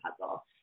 puzzle